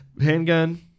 handgun